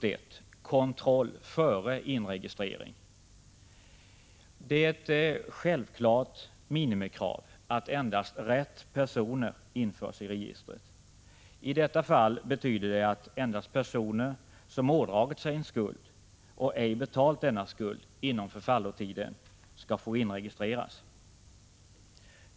Det är ett självklart minimikrav att endast ”rätt” personer införs i registret. I detta fall betyder det att endast personer som ådragit sig en skuld och ej betalt denna skuld inom förfallotiden skall få inregistreras.